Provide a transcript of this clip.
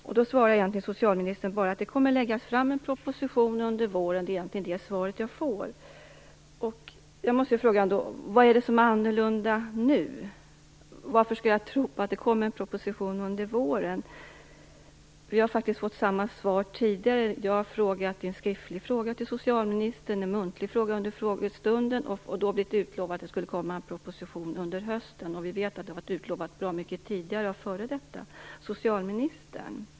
Socialministern svarar bara att det kommer att läggas fram en proposition under våren. Det är egentligen det svaret jag får. Då måste jag fråga: Vad är det som är annorlunda nu? Varför skall jag tro på att det kommer en proposition under våren? Jag har faktiskt fått samma svar tidigare. Jag har riktat en skriftlig fråga till socialministern och en muntlig fråga under frågestunden. Jag blev då lovad att det skulle komma en proposition under hösten. Vi vet att det har varit utlovat bra mycket tidigare av f.d. socialministern.